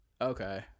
Okay